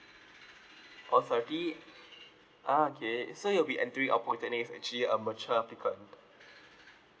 oh thirty ah okay so you'll be entering a polytechnic with actually a mature applicant